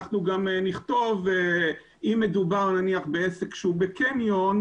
אם מדובר בעסק שהוא בקניון,